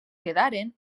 quedaren